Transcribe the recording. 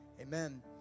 Amen